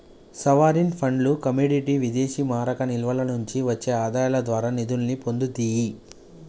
sovereign ఫండ్లు commodity విదేశీమారక నిల్వల నుండి వచ్చే ఆదాయాల ద్వారా నిధుల్ని పొందుతియ్యి